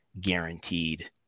guaranteed